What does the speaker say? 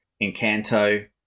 Encanto